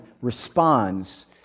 responds